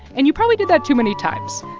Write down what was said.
and you probably did that too many times.